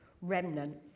remnant